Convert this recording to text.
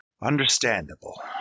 Understandable